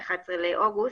ב-11 לאוגוסט,